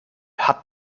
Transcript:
hat